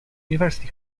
university